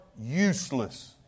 useless